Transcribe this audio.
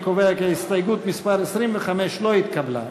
אני קובע כי הסתייגות מס' 25 לא התקבלה.